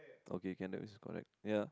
okay candle is correct ya